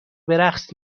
برقص